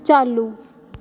चालू